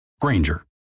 Granger